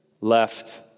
left